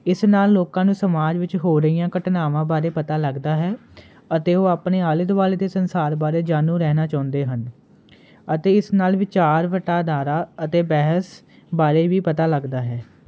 ਇਸ ਨਾਲ ਲੋਕਾਂ ਨੂੰ ਸਮਾਜ ਵਿੱਚ ਹੋ ਰਹੀਆਂ ਘਟਨਾਵਾਂ ਬਾਰੇ ਪਤਾ ਲੱਗਦਾ ਹੈ ਅਤੇ ਉਹ ਆਪਣੇ ਆਲੇ ਦੁਆਲੇ ਦੇ ਸੰਸਾਰ ਬਾਰੇ ਜਾਣੂ ਰਹਿਣਾ ਚਾਹੁੰਦੇ ਹਨ ਅਤੇ ਇਸ ਨਾਲ ਵਿਚਾਰ ਵਟਾਂਦਰਾ ਅਤੇ ਬਹਿਸ ਬਾਰੇ ਵੀ ਪਤਾ ਲੱਗਦਾ ਹੈ